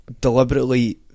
deliberately